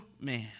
man